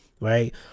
right